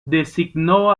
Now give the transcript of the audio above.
designó